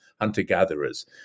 hunter-gatherers